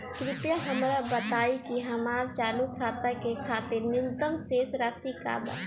कृपया हमरा बताइ कि हमार चालू खाता के खातिर न्यूनतम शेष राशि का बा